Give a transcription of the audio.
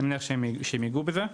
אני מניח שהם יגעו בזה.